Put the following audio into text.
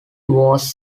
was